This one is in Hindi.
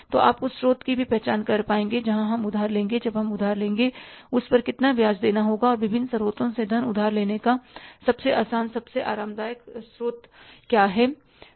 तो आप उस स्रोत की भी पहचान कर पाएंगे जहाँ से हम उधार लेंगे जब हम उधार लेंगे उस पर कितना ब्याज देना होगा और विभिन्न स्रोतों से धन उधार लेने का सबसे आसान सबसे आरामदायक स्रोत क्या है